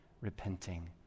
repenting